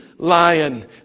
Lion